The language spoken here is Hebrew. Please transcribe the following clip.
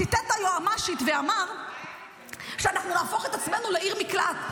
ציטט את היועמ"שית ואמר שאנחנו נהפוך את עצמנו לעיר מקלט.